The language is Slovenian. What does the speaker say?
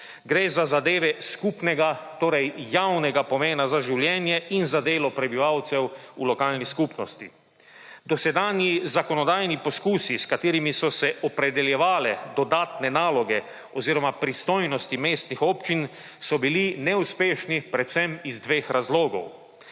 gre za zadeve skupnega, torej javnega pomena za življenje in za delo prebivalcev v lokalni skupnosti. Dosedanji zakonodajni poskusi, s katerimi so se opredeljevale dodatne naloge oziroma pristojnosti mestnih občin, so bili neuspešni predvsem iz dveh razlogov.